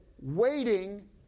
waiting